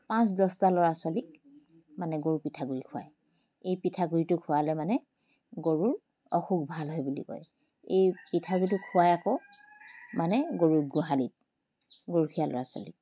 পাঁচ দহটা ল'ৰা ছোৱালীক মানে গৰু পিঠা খুৱায় এই পিঠাগুড়িটো খুৱালে মানে গৰুৰ অসুখ ভাল হয় বুলি কয় এই পিঠাগুড়িটো খুৱাই আকৌ মানে গৰু গোহালিত গৰখীয়া ল'ৰা ছোৱালীক